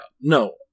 no